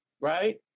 right